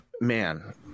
man